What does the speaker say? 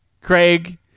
Craig